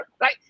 right